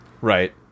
Right